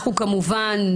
אנחנו כמובן,